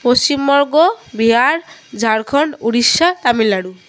Paschimbanga Bihar Jharkhand Orissa Tamil Nadu